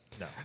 no